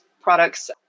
products